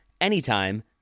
anytime